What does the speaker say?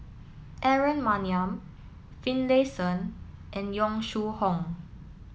Aaron Maniam Finlayson and Yong Shu Hoong